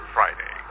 Friday